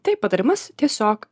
tai patarimas tiesiog